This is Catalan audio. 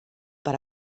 per